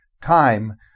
time